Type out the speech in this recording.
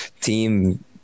team